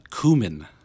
cumin